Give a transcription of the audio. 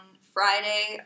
Friday